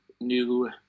new